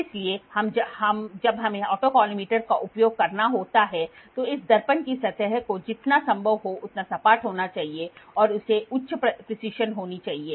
इसलिए जब हमें ऑटोकॉलिमेटर का उपयोग करना होता है तो इस दर्पण की सतह को जितना संभव हो उतना सपाट होना चाहिए और इसे उच्च प्रिसिशन होना चाहिए